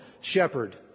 shepherd